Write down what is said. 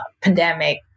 pandemic